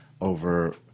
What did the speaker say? over